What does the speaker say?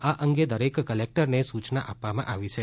આ અંગે દરેક કલેક્ટરને સુયના આપવામાં આવી છે